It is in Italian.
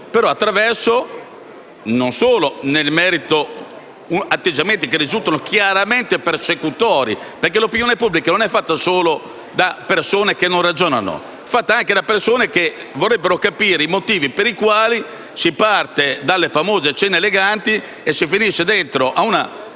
attraverso atteggiamenti che, nel merito, risultano chiaramente persecutori. L'opinione pubblica non è fatta solo da persone che non ragionano, ma anche da persone che vorrebbero capire i motivi per i quali si parte dalle famose cene eleganti e si finisce dentro a una